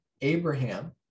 Abraham